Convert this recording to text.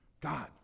God